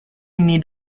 ini